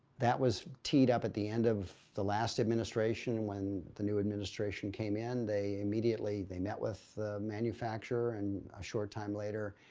that was teed up at the end of the last administration. when the new administration came in, they immediately met with the manufacturer and a short time later,